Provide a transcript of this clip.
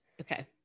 Okay